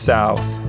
South